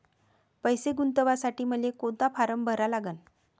पैसे गुंतवासाठी मले कोंता फारम भरा लागन?